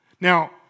Now